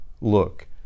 Look